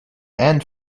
and